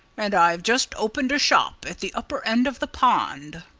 and i've just opened a shop at the upper end of the pond.